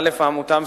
ארגון או עמותה,